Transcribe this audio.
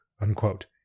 unquote